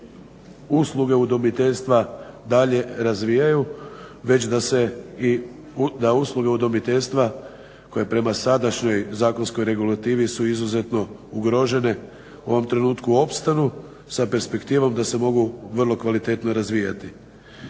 usluge udomiteljstva dalje razvijaju, već da se usluge udomiteljstva koje prema sadašnjoj zakonskoj regulativi su izuzetno ugrožene. U ovom trenutku opstanu sa perspektivom da se mogu vrlo kvalitetno razvijati.